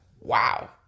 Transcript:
Wow